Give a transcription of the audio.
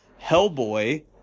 Hellboy